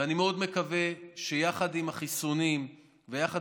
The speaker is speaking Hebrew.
ואני מאוד מקווה שיחד עם החיסונים ויחד